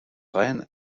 reine